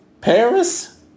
Paris